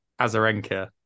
Azarenka